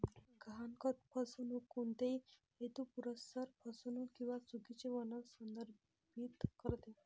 गहाणखत फसवणूक कोणत्याही हेतुपुरस्सर फसवणूक किंवा चुकीचे वर्णन संदर्भित करते